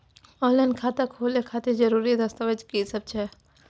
Online खाता खोले खातिर जरुरी दस्तावेज की सब छै?